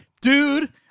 Dude